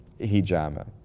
hijama